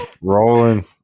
rolling